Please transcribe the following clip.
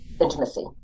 intimacy